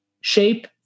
shape